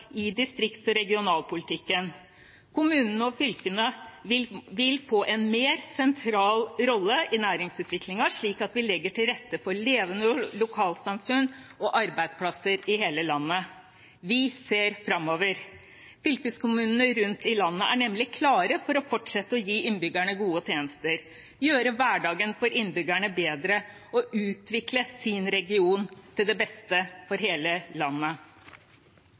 i distrikts- og regionalpolitikken. Kommunene og fylkene vil få en mer sentral rolle i næringsutviklingen, slik at vi legger til rette for levende lokalsamfunn og arbeidsplasser i hele landet. Vi ser framover. Fylkeskommunene rundt i landet er nemlig klare for å fortsette å gi innbyggerne gode tjenester, gjøre hverdagen for innbyggerne bedre og utvikle sin region til det beste for hele landet.